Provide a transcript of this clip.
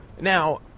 Now